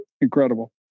incredible